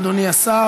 אדוני השר.